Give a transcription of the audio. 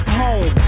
home